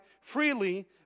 freely